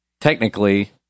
technically